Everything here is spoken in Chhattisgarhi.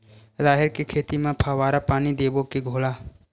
राहेर के खेती म फवारा पानी देबो के घोला?